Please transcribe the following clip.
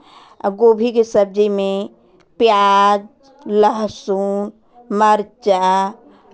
आ गोभी के सब्जी में प्याज लहसुन मरचा